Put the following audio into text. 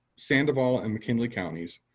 sandoval, and mckinley counties,